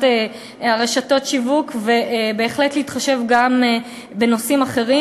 רשתות השיווק ובהחלט להתחשב גם בנושאים אחרים,